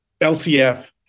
LCF